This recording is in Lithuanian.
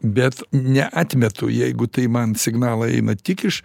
bet neatmetu jeigu tai man signalai eina tik iš